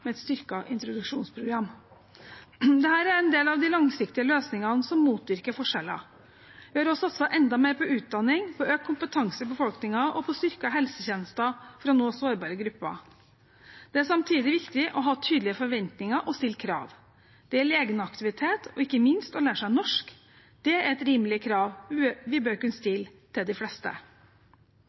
med et styrket introduksjonsprogram. Dette er en del av de langsiktige løsningene som motvirker forskjeller. Vi har også satset enda mer på utdanning, på økt kompetanse i befolkningen og på styrkede helsetjenester for å nå sårbare grupper. Det er samtidig viktig å ha tydelige forventninger og å stille krav. Det gjelder egenaktivitet og ikke minst å lære seg norsk. Det er et rimelig krav vi bør kunne stille til de fleste.